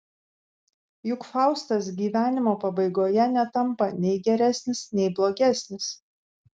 juk faustas gyvenimo pabaigoje netampa nei geresnis nei blogesnis